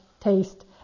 Taste